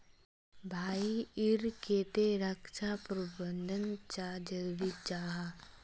भाई ईर केते रक्षा प्रबंधन चाँ जरूरी जाहा?